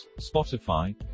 Spotify